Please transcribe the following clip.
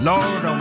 Lord